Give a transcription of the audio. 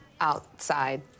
outside